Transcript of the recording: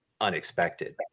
unexpected